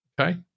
Okay